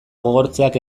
gogortzeak